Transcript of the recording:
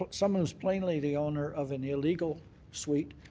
but someone is plainly the order of an illegal suite,